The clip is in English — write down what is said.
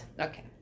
Okay